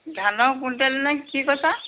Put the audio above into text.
ধানৰ কুইণ্টেল নে কি কৈছা